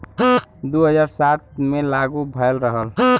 दू हज़ार सात मे लागू भएल रहल